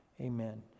Amen